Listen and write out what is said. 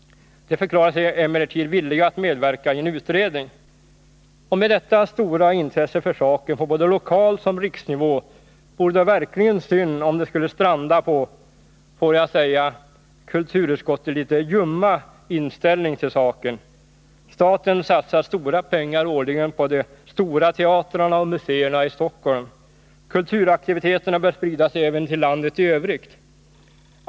Man förklarar sig emellertid villig att medverka i en utredning. Med detta stora intresse för saken på både lokaloch riksnivå vore det verkligen synd om det skulle stranda på, får jag säga, kulturutskottets litet ljumma inställning till saken. Staten satsar stora pengar årligen på de stora teatrarna och museerna i Stockholm. Kulturaktiviteten bör spridas även till landet i övrigt.